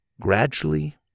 Gradually